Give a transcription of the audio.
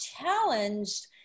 challenged